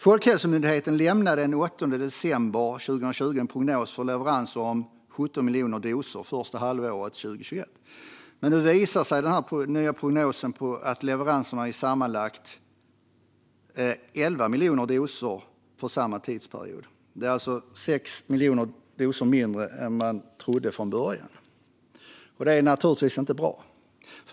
Folkhälsomyndigheten lämnade den 8 december 2020 en prognos för leveranserna om 17 miljoner doser det första halvåret 2021, men nu visar den nya prognosen att leveranserna blir sammanlagt 11 miljoner doser under samma tidsperiod. Det är alltså 6 miljoner färre doser än man trodde från början, och det är naturligtvis inte bra.